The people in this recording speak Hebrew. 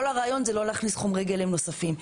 כל הרעיון זה לא להכניס חומרי גלם נוספים,